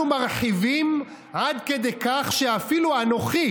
אנחנו מרחיבים עד כדי כך שאפילו אנוכי,